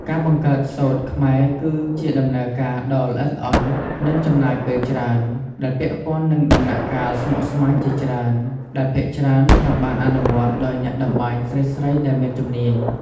ការបង្កើតសូត្រខ្មែរគឺជាដំណើរការដ៏ល្អិតល្អន់ និងចំណាយពេលច្រើន ដែលពាក់ព័ន្ធនឹងដំណាក់កាលស្មុគស្មាញជាច្រើន ដែលភាគច្រើនត្រូវបានអនុវត្តដោយអ្នកតម្បាញស្រីៗដែលមានជំនាញ។